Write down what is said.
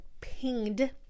pinged